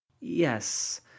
yes